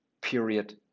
Period